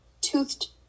toothed